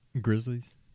Grizzlies